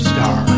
Star